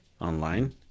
online